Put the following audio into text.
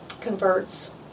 converts